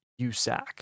USAC